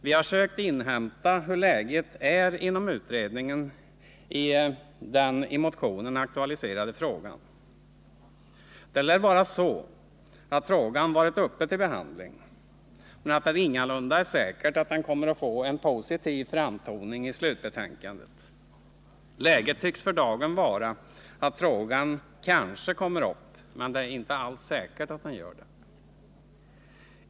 Vi har sökt inhämta hur läget är inom utredningen i den i motionen aktualiserade frågan. Det lär vara så att frågan varit uppe till behandling men att det ingalunda är säkert att den kommer att få en positiv framtoning i slutbetänkandet. Läget tycks för dagen vara att frågan kanske kommer upp, men det är inte säkert.